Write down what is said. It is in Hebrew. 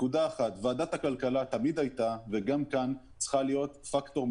ועדת הכלכלה תמיד היתה פקטור מרכזי וגם כאן היא צריכה להיות.